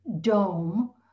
dome